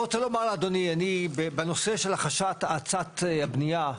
אני רוצה לומר לאדוני, בנושא של החשת, האצת הבניה,